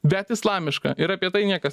bet islamiška ir apie tai niekas